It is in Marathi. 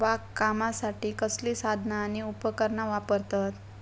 बागकामासाठी कसली साधना आणि उपकरणा वापरतत?